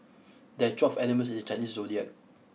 there are twelve animals in the Chinese zodiac